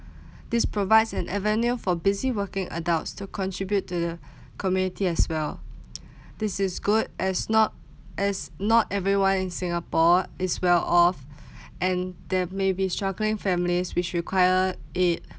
this provide an avenue for busy working adults to contribute to the community as well this is good as not as not everyone in singapore is well off and there maybe struggling families which require it